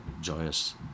joyous